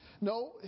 No